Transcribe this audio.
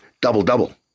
double-double